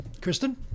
Kristen